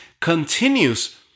continues